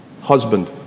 husband